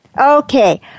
Okay